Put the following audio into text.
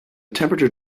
temperature